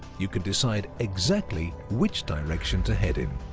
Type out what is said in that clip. you can decide exactly which direction to head in.